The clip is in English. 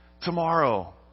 tomorrow